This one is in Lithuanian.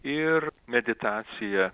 ir meditacija